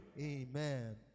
amen